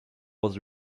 was